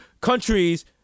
countries